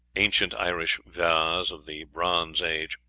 ancient irish vase of the bronze age